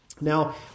Now